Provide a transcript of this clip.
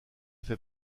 fait